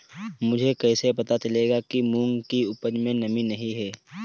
मुझे कैसे पता चलेगा कि मूंग की उपज में नमी नहीं है?